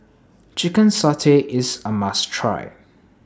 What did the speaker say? Chicken Satay IS A must Try